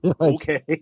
Okay